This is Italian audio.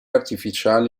artificiali